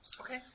Okay